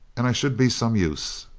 and i should be some use.